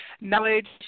knowledge